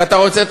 ואתה רוצה,